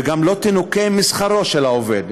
וגם לא ינוכו משכרו של העובד,